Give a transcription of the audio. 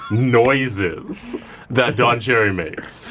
noises that don cherry makes.